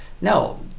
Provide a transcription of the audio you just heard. No